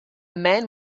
man